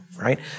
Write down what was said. right